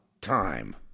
time